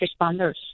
responders